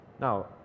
Now